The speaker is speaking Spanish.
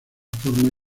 forma